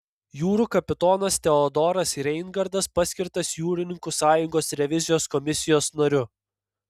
jūrų kapitonas teodoras reingardas paskirtas jūrininkų sąjungos revizijos komisijos nariu